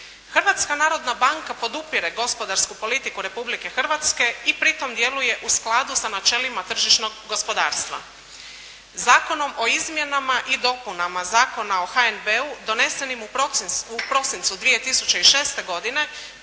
Hrvatska narodna banka podupire gospodarsku politiku Republike Hrvatske i pri tome djeluje u skladu sa načelima tržišnog gospodarstva. Zakonom o izmjenama i dopunama Zakona o HNB-u donesenim u prosincu 2006. godine